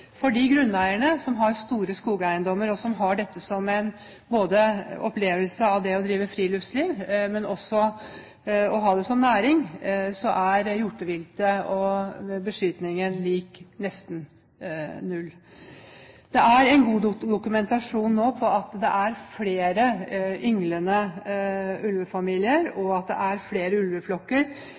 at de grunneierne som har store skogeiendommer, og som har disse ikke bare for å drive friluftsliv, men også for å ha det som næring, opplever at beskatningen av hjorteviltet er nesten null. Det er nå god dokumentasjon på at det er flere ynglende ulvefamilier, og at det er flere ulveflokker